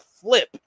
flip